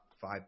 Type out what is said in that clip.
five